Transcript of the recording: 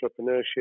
entrepreneurship